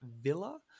Villa